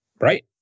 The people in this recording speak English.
Right